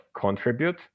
contribute